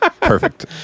Perfect